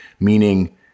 meaning